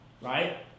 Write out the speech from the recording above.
right